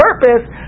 purpose